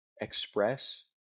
express